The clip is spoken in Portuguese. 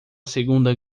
segunda